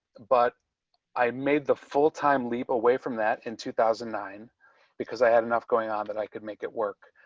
but i made the full time leap away from that in two thousand and nine because i had enough going on, but i could make it work.